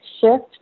shift